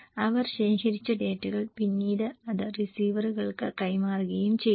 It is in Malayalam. അവർ ശേഖരിച്ച ഡാറ്റകൾ പിന്നീട് അത് റിസീവറുകൾക്ക് കൈമാറുകയും ചെയ്യുന്നു